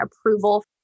approval